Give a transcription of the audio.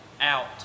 out